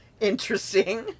interesting